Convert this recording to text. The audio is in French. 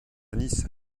nice